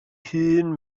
hun